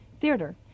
theater